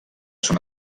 són